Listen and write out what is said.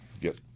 get